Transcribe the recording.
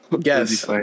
Guess